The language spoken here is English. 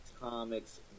comics